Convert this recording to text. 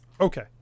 Okay